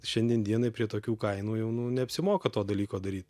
šiandien dienai prie tokių kainų jau nu neapsimoka to dalyko daryt